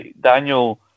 Daniel